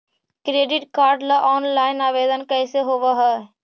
Credit card ल online आवेदन कैसे होब है?